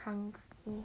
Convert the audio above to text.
hungry